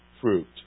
fruit